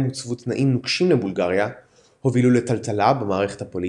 הוצבו תנאים נוקשים לבולגריה הובילו לטלטלה במערכת הפוליטית.